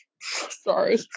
sorry